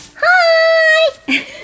Hi